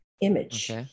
image